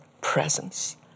presence